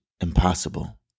Impossible